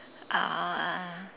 uh